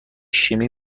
شیمی